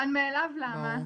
באמת.